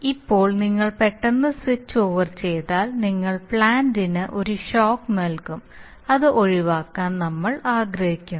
ഇപ്പോൾ നിങ്ങൾ പെട്ടെന്ന് സ്വിച്ച് ഓവർ ചെയ്താൽ നിങ്ങൾ പ്ലാന്റിന് ഒരു ഷോക്ക് നൽകും അത് ഒഴിവാക്കാൻ നമ്മൾ ആഗ്രഹിക്കുന്നു